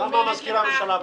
למה מזכיר הממשלה פה?